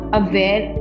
aware